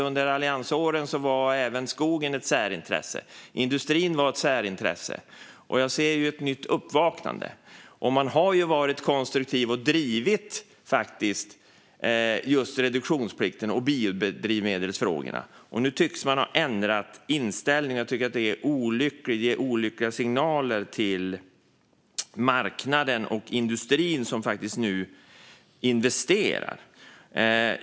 Under alliansåren var även skogen ett särintresse, och industrin var ett särintresse. Men jag ser ett nytt uppvaknande. Man har varit konstruktiv och drivit just reduktionsplikten och biodrivmedelsfrågorna, men nu tycks man ha ändrat inställning. Jag tycker att det är olyckligt, och det ger olyckliga signaler till marknaden och industrin, som faktiskt nu investerar.